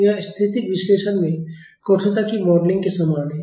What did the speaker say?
यह स्थैतिक विश्लेषण में कठोरता की मॉडलिंग के समान है